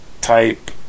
type